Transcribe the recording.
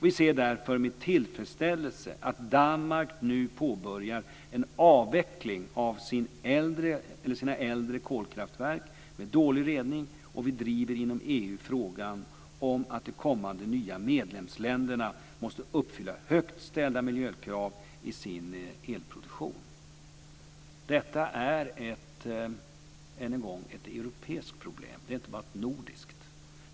Vi ser därför med tillfredsställelse att Danmark nu påbörjar en avveckling av sina äldre kolkraftverk med dålig rening, och vi driver inom EU frågan om att de kommande nya medlemsländerna måste uppfylla högt ställda miljökrav i sin elproduktion. Detta är än en gång ett europeiskt problem. Det är inte bara ett nordiskt problem.